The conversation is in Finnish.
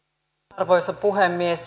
arvoisa puhemies